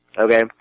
Okay